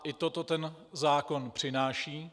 I toto ten zákon přináší.